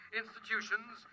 institutions